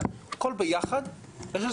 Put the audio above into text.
הכל ביחד אני חושב,